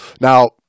Now